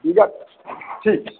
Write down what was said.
बूझल ठीक अय